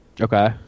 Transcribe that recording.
okay